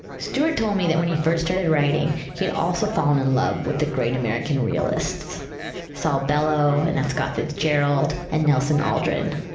stuart told me that when he first started writing, he had also fallen in love with the great american realists saul bellow and f. scott fitzgerald and nelson algren.